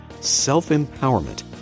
self-empowerment